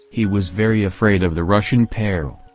he was very afraid of the russian peril.